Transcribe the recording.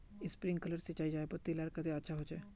Sprinkler सिंचाई चयपत्ति लार केते अच्छा होचए?